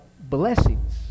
blessings